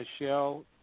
Michelle